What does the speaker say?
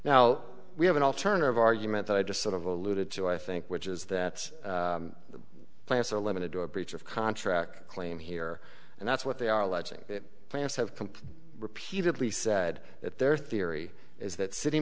now we have an alternative argument that i just sort of alluded to i think which is that the plants are limited to a breach of contract claim here and that's what they are alleging that plants have come repeatedly said that their theory is that cit